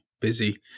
busy